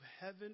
heaven